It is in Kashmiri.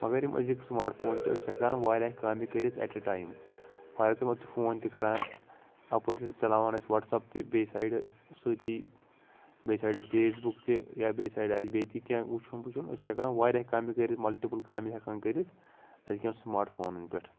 مگر یِم أزِکۍ سمارٹ فوٗن چھِ أسۍ چھِ ہیٚکان وارِیاہ کامہِ کٔرِتھ at a time for example أسۍ چھِ فوٗن تہِ کَران اَپٲری چھِ چَلاوان أسۍ وَٹٕس اَپ تہِ بیٚیہِ سایڈٕ سۭتی بیٚیہِ سایڈٕ فیس بُک تہِ یا بیٚیہِ سایڈٕ آسہِ بیٚیہِ تہِ کیٚنٛہہ وُچھُن پُچھُن أسۍ چھِ ہیٚکان وارِیاہ کامہِ کٔرِتھ مَلٹِپٕل کامہِ ہیٚکان کٔرِتھ أزکیٚن سمارٹ فونَن پٮ۪ٹھ